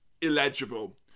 illegible